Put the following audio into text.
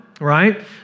right